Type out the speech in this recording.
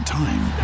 time